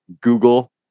Google